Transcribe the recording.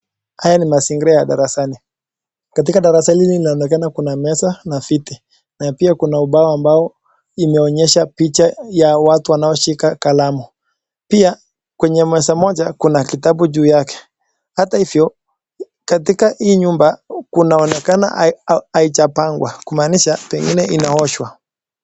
Haya ni mazingira ya darasani, katika darasa hili kunaonekana kuna pesa na viti na pia kuna ubao ambao imeonyesha picha ya watu wanaoshika kalamu. Pia kwenye meza moja kuna kitabu juu yake hata hivyo katika hii nyumba kunaonekana haijapangwa kumaanisha pengine inaoshwa.